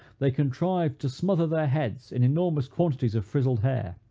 they contrived to smother their heads in enormous quantities of frizzled hair,